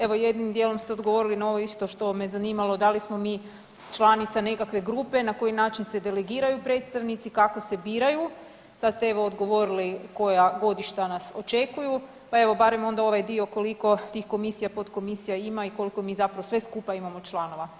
Evo jednim dijelom ste odgovorili na ovo isto što me zanimalo da li smo mi članica nekakve grupe, na koji način se delegiraju predstavnici, kako se biraju, sad ste evo odgovorili koja godišta nas očekuju, pa evo barem onda ovaj dio koliko tih komisija i potkomisija ima i koliko mi zapravo sve skupa imamo članova?